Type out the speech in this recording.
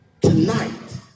tonight